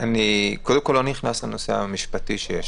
קודם כול אני לא נכנס לנושא המשפטי שיש